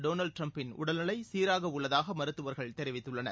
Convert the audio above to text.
Donald டிரம்ப்பின் உடல்நிலை சீராக உள்ளதாக மருத்துவர்கள் தெரிவித்துள்ளனர்